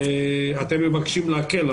ואתם מבקשים להקל.